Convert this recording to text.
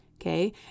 okay